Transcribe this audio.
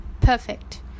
Perfect